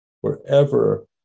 Wherever